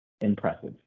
impressive